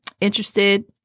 interested